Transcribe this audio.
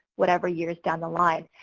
whatever years down the line.